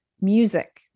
music